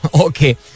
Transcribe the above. Okay